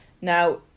Now